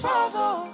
Father